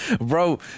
bro